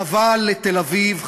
חבל לתל-אביב,